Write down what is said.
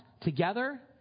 together